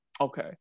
Okay